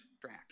track